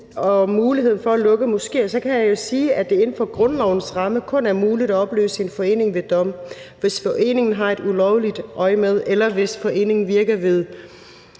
til mulighed for at lukke moskéer kan jeg jo sige, at det inden for grundlovens rammer kun er muligt at opløse en forening ved dom, hvis foreningen har et ulovligt øjemed, eller hvis foreningen virker ved